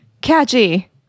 catchy